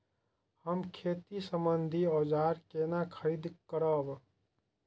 हम खेती सम्बन्धी औजार केना खरीद करब?